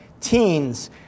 teens